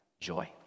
joy